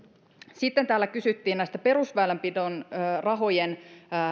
sitten täällä kysyttiin perusväylänpidon rahojen